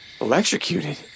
Electrocuted